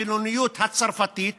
החילוניות הצרפתית